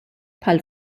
bħall